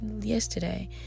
yesterday